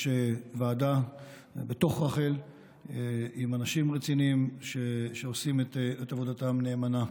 יש ועדה בתוך רח"ל עם אנשים רציניים שעושים את עבודתם נאמנה.